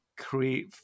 create